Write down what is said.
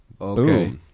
okay